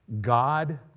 God